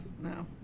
no